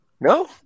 No